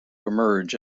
emerge